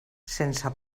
sense